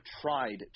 tried